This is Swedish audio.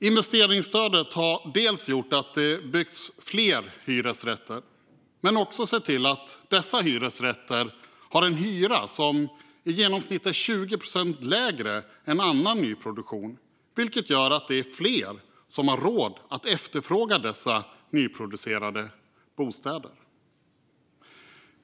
Investeringsstödet har gjort att det byggts fler hyresrätter men också sett till att dessa hyresrätter har en hyra som i genomsnitt är 20 procent lägre än i annan nyproduktion, vilket gör att det är fler som har råd att efterfråga dessa nyproducerade bostäder.